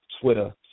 Twitter